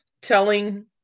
telling